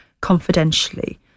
confidentially